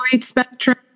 spectrum